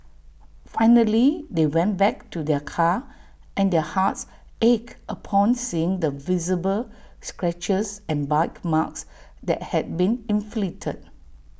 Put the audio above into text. finally they went back to their car and their hearts ached upon seeing the visible scratches and bite marks that had been inflicted